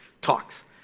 talks